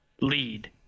lead